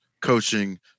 coaching